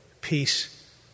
peace